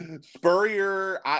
Spurrier